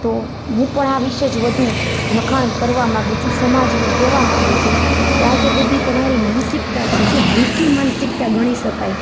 તો હું પણ આ વિષે જ વધુ લખાણ કરવા માંગુ છું સમાજને કહેવા માંગુ છું કે આ જે બધી તમારી માનસિકતા છે જે હલકી માનસિકતા ગણી શકાય